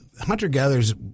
hunter-gatherers